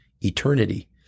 eternity